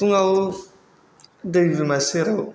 फुङाव दै बिमा सेराव